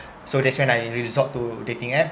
so that's why I resort to dating app